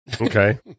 Okay